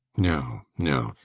no, no.